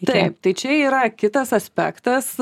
taip tai čia yra kitas aspektas